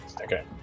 Okay